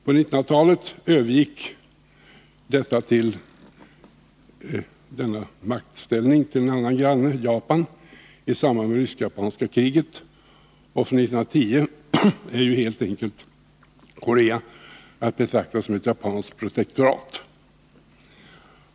På 1900-talet övergick denna maktställning till en annan granne, Japan, i samband med rysk-japanska kriget. Och från 1910 är Korea helt enkelt att betrakta som ett japanskt protektorat.